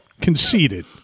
conceded